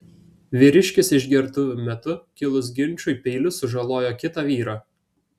vyriškis išgertuvių metu kilus ginčui peiliu sužalojo kitą vyrą